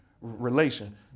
relation